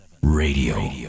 Radio